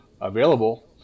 available